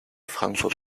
frankfurt